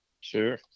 Sure